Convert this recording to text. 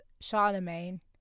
Charlemagne